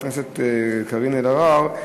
חברת הכנסת קארין אלהרר,